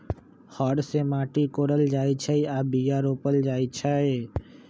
हर से माटि कोरल जाइ छै आऽ बीया रोप्ल जाइ छै